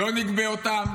לא נגבה אותם.